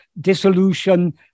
dissolution